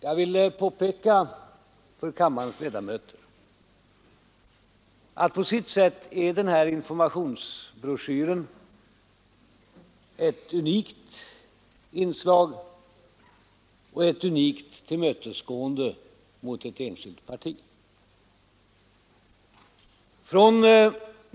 Jag vill påpeka för kammarens ledamöter att på sitt sätt är den här informationsbroschyren ett unikt tillmötesgående mot ett enskilt parti.